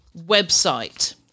website